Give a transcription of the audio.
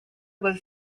was